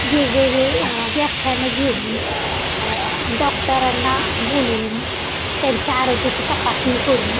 वेगवेगळे व्याख्याने घेऊन डॉक्टरांना बोलवून त्यांच्या आरोग्याची तपासणी करून